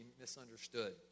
misunderstood